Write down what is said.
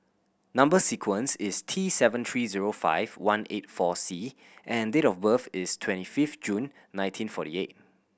number sequence is T seven three zero five one eight four C and date of birth is twenty fifth June nineteen forty eight